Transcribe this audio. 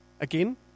Again